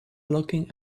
looking